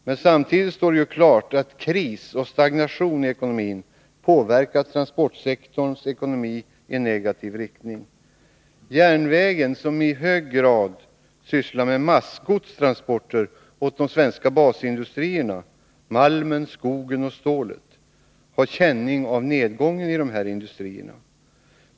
Men samtidigt står det klart att kris och stagnation i samhällsekonomin påverkar transportsektorns ekonomi i negativ riktning. Järnvägen, som i hög grad sysslar med massgodstransporter åt de svenska basindustrierna — malmen, skogen och stålet — har känning av nedgången i dessa industrier.